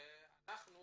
אנחנו